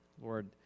Lord